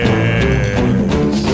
Yes